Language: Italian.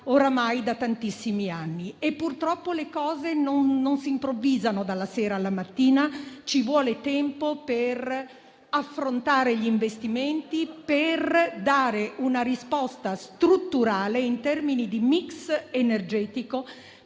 oramai da tantissimi anni. Purtroppo le cose non si improvvisano dalla sera alla mattina: ci vuole tempo per approntare gli investimenti, per dare una risposta strutturale in termini di *mix* energetico,